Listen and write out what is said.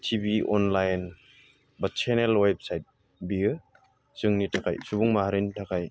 TV online बा channel website बियो जोंनि थाखाय सुबुं माहारिनि थाखाय